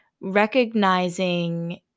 recognizing